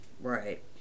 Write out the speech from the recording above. Right